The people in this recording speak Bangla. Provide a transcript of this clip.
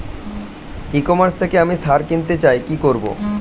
ই কমার্স থেকে আমি সার কিনতে চাই কি করব?